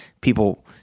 people